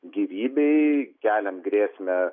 gyvybei keliant grėsmę